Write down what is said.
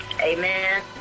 Amen